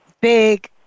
big